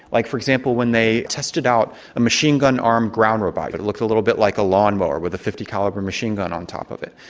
like, for example, when they tested out a machine gun-armed ground robot. but it looked a little bit like a lawn mower with a fifty calibre machine gun on top of it.